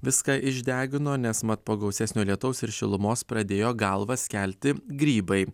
viską išdegino nes mat po gausesnio lietaus ir šilumos pradėjo galvas kelti grybai